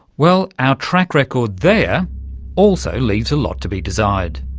well, our track-record there also leaves a lot to be desired.